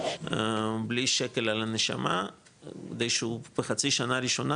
בלי שקל על הנשמה כדי שהוא בחצי שנה ראשונה,